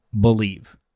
believe